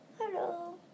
hello